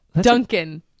duncan